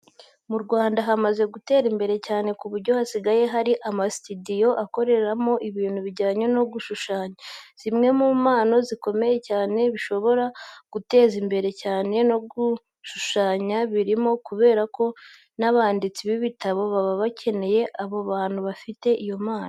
Mu Rwanda hamaze gutera imbere cyane ku buryo hasigaye hari n'amasitidiyo akoreramo ibintu bijyanye no gushushanya. Zimwe mu mpano zikomeye cyane zishobora kuguteza imbere cyane no gushushanya birimo kubera ko n'abanditsi b'ibitabo baba bakeneye abo bantu bafite iyo mpano.